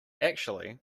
actually